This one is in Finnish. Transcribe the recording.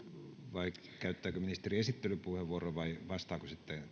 vai käyttääkö ministeri esittelypuheenvuoron vai vastaako sitten